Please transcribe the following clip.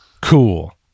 Cool